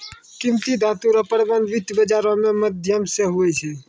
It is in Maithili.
कीमती धातू रो प्रबन्ध वित्त बाजारो रो माध्यम से हुवै छै